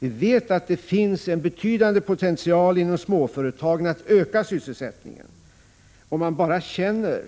Vi vet att det finns en betydande potential inom småföretagen att öka sysselsättningen, om man bara känner